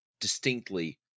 distinctly